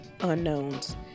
unknowns